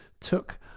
took